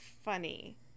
funny